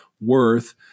worth